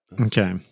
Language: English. Okay